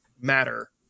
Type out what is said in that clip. matter